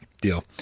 Deal